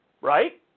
Right